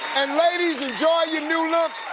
and ladies enjoy your new looks.